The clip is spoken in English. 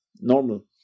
normal